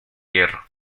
hierro